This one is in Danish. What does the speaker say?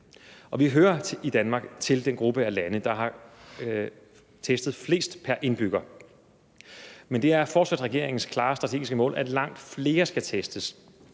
Vi hører i Danmark til den gruppe af lande, der har testet flest pr. indbygger, men det er fortsat regeringens klare strategiske mål, at langt flere skal testes.